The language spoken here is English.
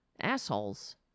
assholes